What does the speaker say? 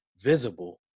visible